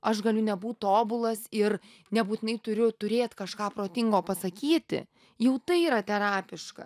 aš galiu nebūt tobulas ir nebūtinai turiu turėt kažką protingo pasakyti jog tai yra terapiška